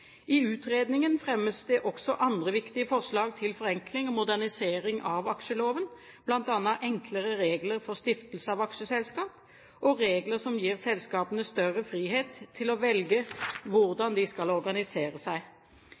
I utredningen fremmes det også andre viktige forslag til forenkling og modernisering av aksjeloven, bl.a. enklere regler for stiftelse av aksjeselskap og regler som gir selskapene større frihet til å velge hvordan de skal organisere seg.